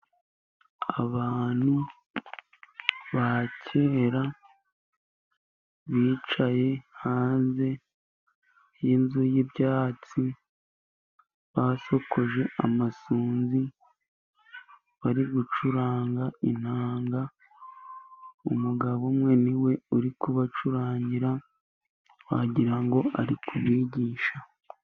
Abantu ba kera bicaye hanze y'inzu y'ibyatsi, basokoje amasunzu bari gucuranga inanga, umugabo umwe niwe uri kubacurangira wagira ngo ari kubigisha.